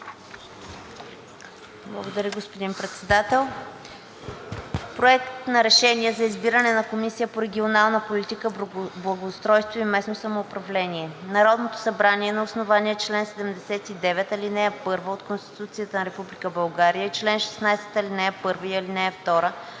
Благодаря, господин Председател. „Проект! РЕШЕНИЕ за избиране на Комисия по регионална политика, благоустройство и местно самоуправление Народното събрание на основание чл. 79, ал. 1 от Конституцията на Република България и чл.16, ал. 1 и ал. 2,